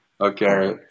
okay